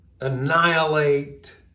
annihilate